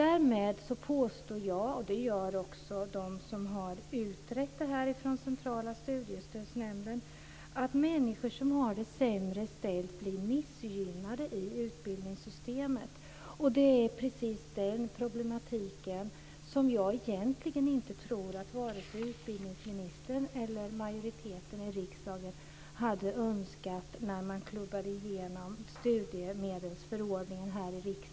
Jag påstår - och det gör också de som utrett frågan på Centrala studiestödsnämnden - att människor som har det sämre blir missgynnade i utbildningssystemet. Jag tror inte att vare sig utbildningsministern eller majoriteten i riksdagen hade önskat det när man klubbade igenom studiemedelsförordningen.